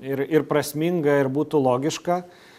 ir ir prasminga ir būtų logiška